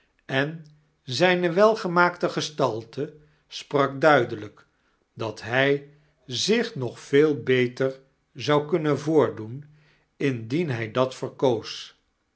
en zijne welgemaakte geetalte spirak duidelijk dat hij zich nog veel beter zou kuainien voordoen indien hij dat verkoosi